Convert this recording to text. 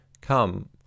come